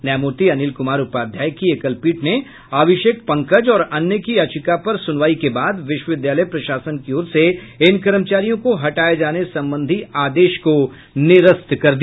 न्यायमूर्ति अनिल कुमार उपाध्याय की एकल पीठ ने अभिषेक पंकज और अन्य की याचिका पर सुनवाई के बाद विश्वविद्यालय प्रशासन की ओर से इन कर्मचारियों को हटाए जाने संबंधी आदेश को निरस्त कर दिया